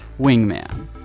wingman